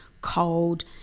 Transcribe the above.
cold